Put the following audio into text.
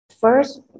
First